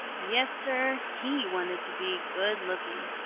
yes, sir, he wanted to be good-looking.